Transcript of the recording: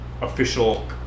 official